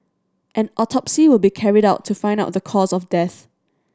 an autopsy will be carried out to find out the cause of death